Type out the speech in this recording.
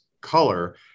color